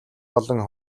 болон